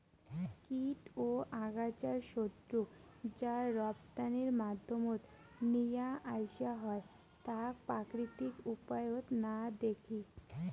কীট ও আগাছার শত্রুক যা রপ্তানির মাধ্যমত নিয়া আইসা হয় তাক প্রাকৃতিক উপায়ত না দেখি